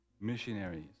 missionaries